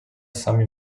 самі